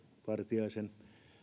vartiaisen